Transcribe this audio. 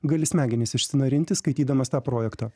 gali smegenis išsinarinti skaitydamas tą projektą